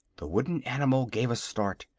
the wooden animal gave a start,